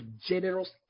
generous